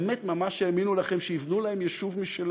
שבאמת ממש האמינו לכם שיבנו להם יישוב משלהם,